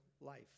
life